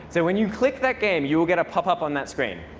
so when you click that game, you will get a pop-up on that screen,